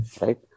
right